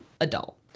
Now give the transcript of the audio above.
adult